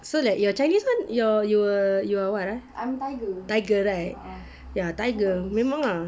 so like your chinese [one] your you you're what ah tiger right ya tiger memang ah